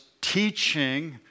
teaching